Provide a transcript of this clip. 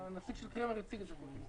הנציג של קרמר הציג את זה פה.